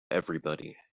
everybody